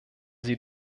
sie